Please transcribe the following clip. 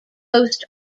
post